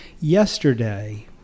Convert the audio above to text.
Yesterday